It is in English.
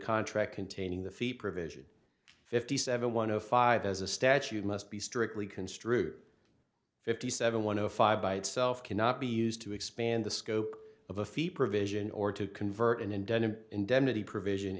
contract containing the fee provision fifty seven one zero five as a statute must be strictly construed fifty seven one of five by itself cannot be used to expand the scope of a fee provision or to convert an indent an indemnity provision